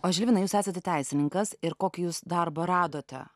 aš žinau jūs esate teisininkas ir kokį jūs darbo radote